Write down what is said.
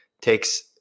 Takes